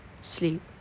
sleep